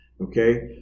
Okay